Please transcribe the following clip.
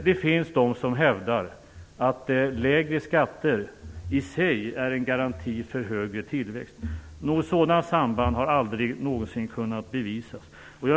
Det finns de som hävdar att lägre skatter i sig är en garanti för högre tillväxt. Något sådant samband har aldrig någonsin kunnat bevisas.